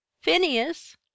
Phineas